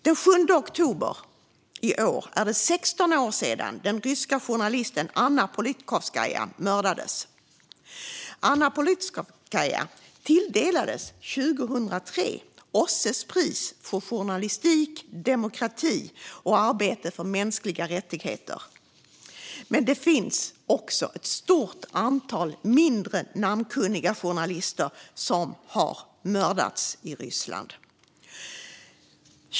Den 7 oktober i år är det 16 år sedan den ryska journalisten Anna Politkovskaja mördades. Anna Politkovskaja tilldelades 2003 OSSE:s pris för journalistik, demokrati och arbete för mänskliga rättigheter. Men även ett stort antal mindre namnkunniga journalister har mördats i Ryssland.